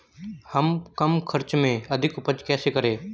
हम कम खर्च में अधिक उपज कैसे करें?